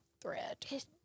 thread